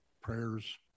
prayers